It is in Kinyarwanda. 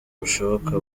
bushoboka